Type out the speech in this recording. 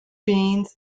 beans